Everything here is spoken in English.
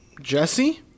Jesse